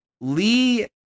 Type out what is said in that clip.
Lee